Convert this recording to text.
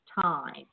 time